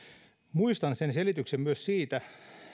muistan selityksen myös siitä